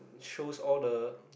through all the